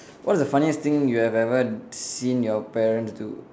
what's the funniest thing you have ever seen your parents do